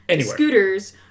scooters